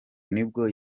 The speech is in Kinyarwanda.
nibwo